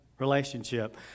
relationship